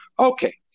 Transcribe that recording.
Okay